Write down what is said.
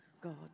God